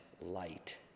light